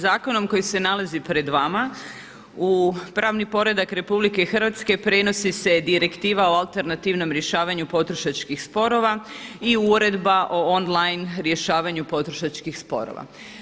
Zakonom koji se nalazi pred vama u pravni poredak RH prenosi se Direktiva o alternativnom rješavanju potrošačkih sporova i Uredba o on-line rješavanju potrošačkih sporova.